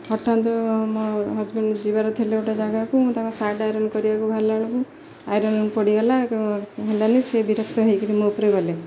ପଠାନ୍ତୁ ମୋ ହଜବେଣ୍ଡ ଯିବାର ଥିଲେ ଗୋଟେ ଜାଗାକୁ ତାଙ୍କ ସାର୍ଟ ଆଇରନ୍ କରିବାକୁ ବାହାରିଲା ବେଳକୁ ଆଇରନ୍ ପଡ଼ିଗଲା ହେଲାନି ସେ ବିରକ୍ତ ହେଇ କରି ମୋ ଉପରେ ଗଲେ